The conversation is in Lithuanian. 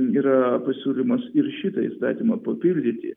yra pasiūlymas ir šitą įstatymą papildyti